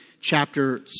chapter